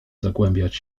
zagłębiać